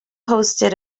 hosted